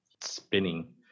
spinning